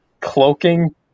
cloaking